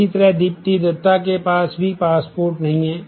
इसी तरह दीप्ति दत्ता के पास भी पासपोर्ट नहीं है